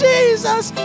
Jesus